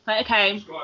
Okay